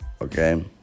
Okay